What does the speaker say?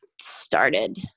started